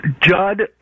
Judd